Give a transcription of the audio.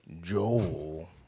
Joel